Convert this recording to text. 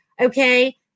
Okay